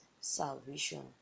Salvation